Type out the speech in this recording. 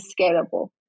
scalable